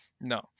No